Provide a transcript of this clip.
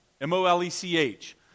M-O-L-E-C-H